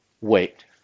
wait